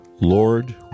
Lord